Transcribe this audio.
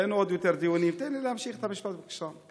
אין עוד דיונים, תן לי להמשיך את המשפט, בבקשה.